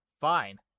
fine